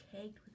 caked